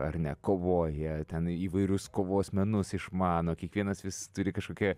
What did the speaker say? ar ne kovoja ten įvairius kovos menus išmano kiekvienas vis turi kažkokią